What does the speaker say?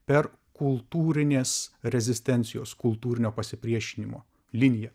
per kultūrinės rezistencijos kultūrinio pasipriešinimo liniją